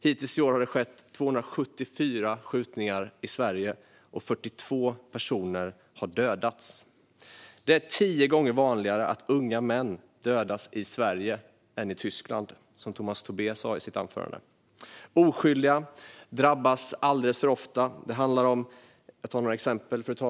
Hittills i år har det skett 274 skjutningar i Sverige, och 42 personer har dödats. Det är tio gånger vanligare i Sverige än i Tyskland att unga män dödas, som Tomas Tobé sa i sitt anförande. Oskyldiga drabbas alldeles för ofta. Jag ska ta några exempel, fru talman.